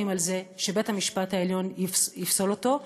על זה שבית-המשפט העליון יפסול אותו,